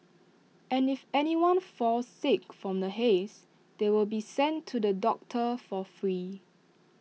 and if anyone falls sick from the haze they will be sent to the doctor for free